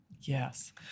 yes